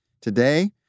Today